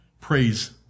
Praise